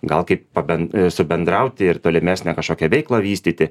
gal kaip paben subendrauti ir tolimesnę kažkokią veiklą vystyti